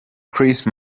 chris